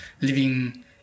living